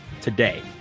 today